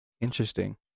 Interesting